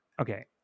Okay